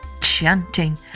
chanting